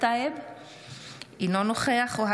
אינו נוכח יוסף טייב,